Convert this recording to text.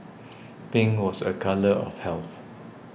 pink was a colour of health